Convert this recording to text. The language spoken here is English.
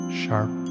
sharp